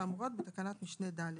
לא בהסדר,